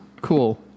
Cool